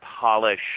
polish